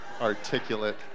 articulate